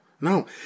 No